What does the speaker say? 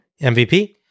MVP